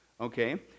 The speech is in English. okay